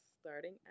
starting